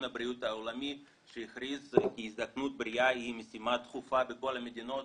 הבריאות העולמי שהכריז כי הזדקנות בריאה היא משימה דחופה בכל המדינות